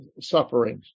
Sufferings